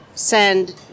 send